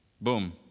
boom